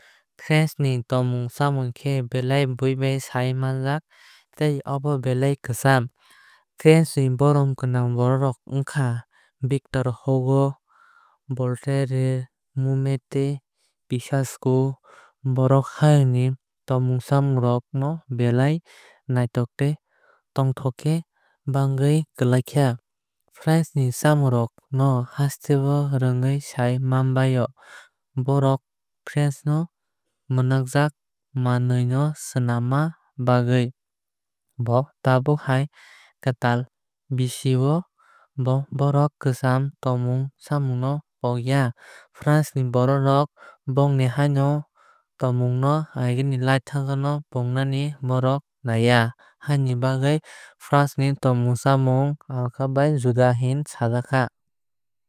French ni tongmung chamung khe belai bui bai sai manjak tei abo belai kwcham. French ni borom gwnang borok rok ongkha victor hugo Voltaire monet tei Picasso. Borok hayung ni tongmung chamung rok no belai naithok tei tongthok khe banwgwui klaikha. French ni chamung rok no haste o rwgwui sai manbai o borok french no mwnakjag mamnwui no swnam ma bagwui. Tabuk hai kwtal bisii o bo borok kwcham tongmung chamung no pog ya. France ni borok rok bongni haino tomung no agee lai thangjak no pognani borok naiya. Haini bagwui france ni tomung chamung alkabai juda hinui sajakha.